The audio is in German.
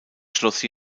schloss